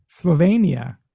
Slovenia